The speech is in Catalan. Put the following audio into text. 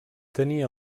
tenia